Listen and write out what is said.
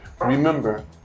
remember